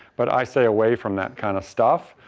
but i stay away from that kind of stuff.